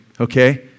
Okay